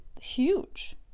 huge